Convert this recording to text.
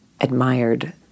admired